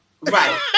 Right